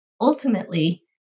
Ultimately